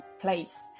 place